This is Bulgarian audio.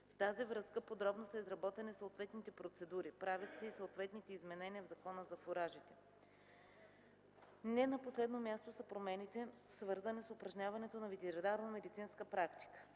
В тази връзка подробно са разработени съответните процедури. Правят се и съответните измененията в Закона за фуражите. Не на последно място са промените, свързани с упражняването на ветеринарномедицинска практика.